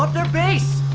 um their base!